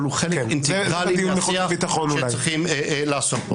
אבל הוא חלק אינטגרלי ואני מציע שצריכים לעסוק בו.